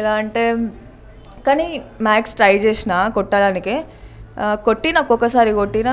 ఎలా అంటే కానీ మ్యాక్స్ ట్రై చేసినా కొట్టడానికి కొట్టినా ఒక్కొక్కసారి కొట్టినా